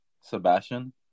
Sebastian